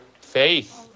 Faith